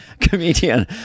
comedian